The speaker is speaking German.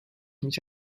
mich